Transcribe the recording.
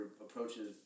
approaches